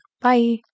Bye